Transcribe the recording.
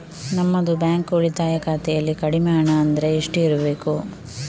ನಮ್ಮದು ಬ್ಯಾಂಕ್ ಉಳಿತಾಯ ಖಾತೆಯಲ್ಲಿ ಕಡಿಮೆ ಹಣ ಅಂದ್ರೆ ಎಷ್ಟು ಇರಬೇಕು?